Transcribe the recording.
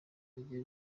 agiye